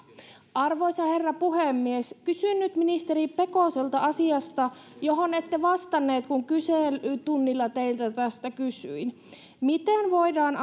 arvoisa herra puhemies kysyn nyt ministeri pekoselta asiasta johon ette vastannut kun kyselytunnilla teiltä tästä kysyin miten voidaan